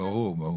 ברור.